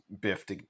biffed